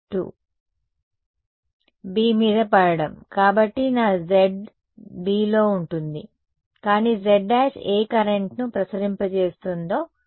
B మీద పడటం కాబట్టి నా z Bలో ఉంటుంది కానీ z′ ఏ కరెంట్ను ప్రసరింపజేస్తుందో దాని మీదుగా వెళ్లాలి